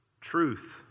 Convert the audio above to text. Truth